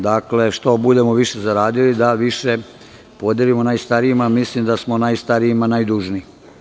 Dakle, što budemo više zaradili, da više podelimo najstarijima, mislim da smo najstarijima najdužniji.